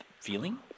feeling